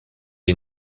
est